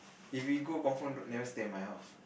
if we go confirm don't never stay at my house